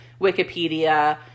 Wikipedia